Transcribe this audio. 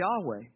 Yahweh